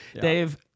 Dave